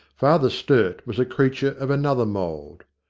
father sturt was a creature of another mould.